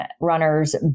runners